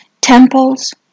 temples